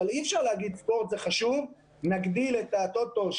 אבל אי-אפשר להגיד שספורט זה חשוב אבל נגביל את הטוטו.